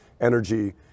energy